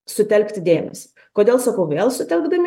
sutelkti dėmesį kodėl sakau vėl sutelkdami